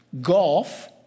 golf